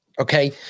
okay